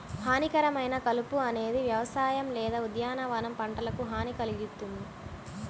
హానికరమైన కలుపు అనేది వ్యవసాయ లేదా ఉద్యానవన పంటలకు హాని కల్గిస్తుంది